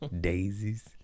Daisies